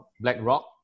BlackRock